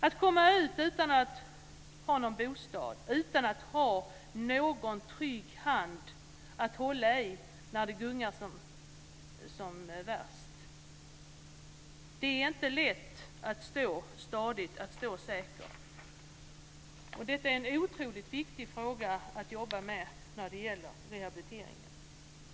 Att komma ut i samhället utan bostad, utan en trygg hand att hålla i när det gungar som värst, gör det inte lätt att stå stadigt. Detta är en otroligt viktig fråga att jobba med när det gäller rehabilitering.